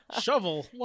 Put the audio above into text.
Shovel